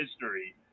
history